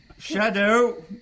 Shadow